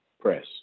Press